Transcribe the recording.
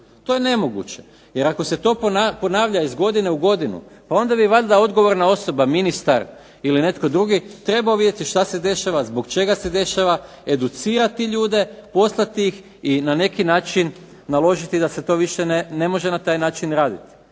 To je nemoguće. Jer ako se to ponavlja iz godine u godinu pa onda bi valjda odgovorna osoba, ministar ili netko drugi, trebao vidjeti što se dešava, zbog čega se dešava, educirati ljude poslati ih i na neki način naložiti da se to više ne može na taj način raditi.